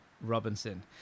Robinson